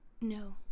No